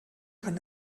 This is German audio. kann